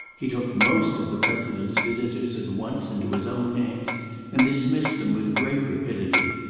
he took most of the president's visitors at once into his own hands and dismissed them with great rapidity.